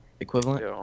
Equivalent